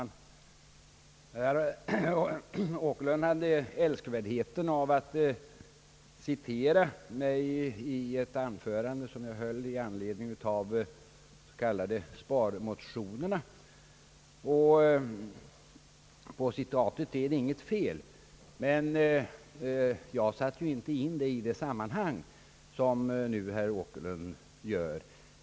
Herr talman! Herr Åkerlund hade älskvärdheten att citera mig i ett anförande som jag höll i anledning av de s.k. sparmotionerna. På citatet är det intet fel, men jag satte inte in orden i det sammanhang som nu herr Åkerlund gör.